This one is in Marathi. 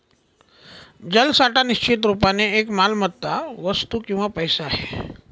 जलसाठा निश्चित रुपाने एक मालमत्ता, वस्तू किंवा पैसा आहे